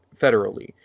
federally